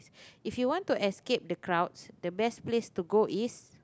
if you want to escape the crowds the best place to go is